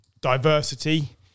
diversity